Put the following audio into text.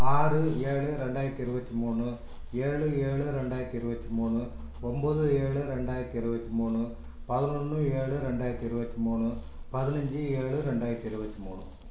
ஆறு ஏழு ரெண்டாயிரத்து இருபத்தி மூணு ஏழு ஏழு ரெண்டாயிரத்து இருபத்தி மூணு ஒம்பது ஏழு ரெண்டாயிரத்து இருபத்தி மூணு பதினொன்று ஏழு ரெண்டாயிரத்து இருபத்தி மூணு பதினைஞ்சு ஏழு ரெண்டாயிரத்து இருபத்தி மூணு